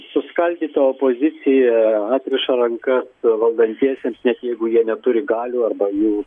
suskaldyta opozicija atriša rankas valdantiesiems net jeigu jie neturi galių arba jų